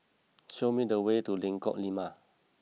show me the way to Lengkok Lima